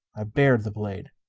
i bared the blade.